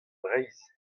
breizh